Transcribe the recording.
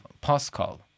Pascal